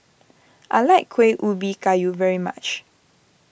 I like Kueh Ubi Kayu very much